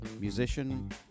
musician